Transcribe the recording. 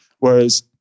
Whereas